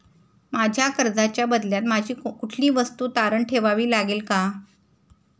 मला कर्जाच्या बदल्यात माझी कुठली वस्तू तारण ठेवावी लागेल का?